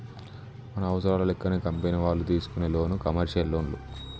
మన అవసరాల లెక్కనే కంపెనీ వాళ్ళు తీసుకునే లోను కమర్షియల్ లోన్లు